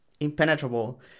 impenetrable